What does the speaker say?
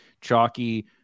chalky